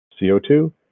CO2